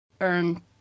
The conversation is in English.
earn